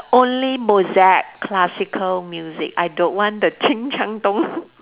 only Mozart classical music I don't want the